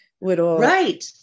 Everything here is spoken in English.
Right